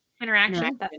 interaction